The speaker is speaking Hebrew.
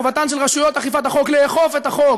חובתן של רשויות אכיפת החוק לאכוף את החוק,